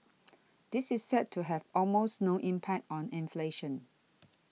this is set to have almost no impact on inflation